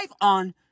on